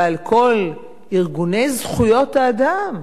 אבל כל ארגוני זכויות האדם,